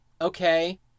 okay